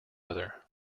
other